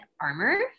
armor